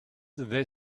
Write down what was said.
they